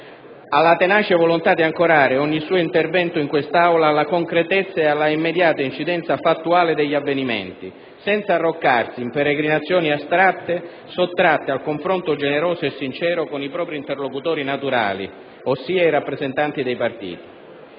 alla tenace volontà di ancorare ogni suo intervento in quest'Aula alla concretezza ed alla immediata incidenza fattuale degli avvenimenti, senza arroccarsi in peregrinazioni astratte sottratte al confronto generoso e sincero con i propri interlocutori naturali, ossia i rappresentanti dei partiti.